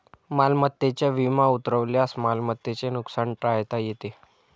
मालमत्तेचा विमा उतरवल्यास मालमत्तेचे नुकसान टाळता येते